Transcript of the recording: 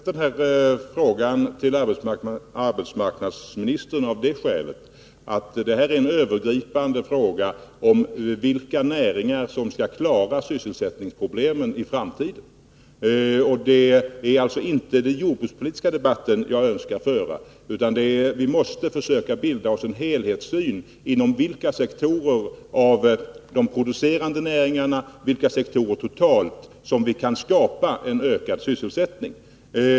Herr talman! Jag har ställt den här frågan till arbetsmarknadsministern av det skälet, att detta är en övergripande fråga om vilka näringar som skall klara sysselsättningsproblemen i framtiden. Det är alltså inte en jordbrukspolitisk debatt jag önskar föra. Men vi måste försöka bilda oss en helhetsuppfattning när det gäller inom vilka sektorer av de producerande näringarna och vilka sektorer totalt som vi kan skapa ökad sysselsättning.